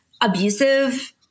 abusive